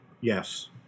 Yes